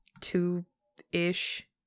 two-ish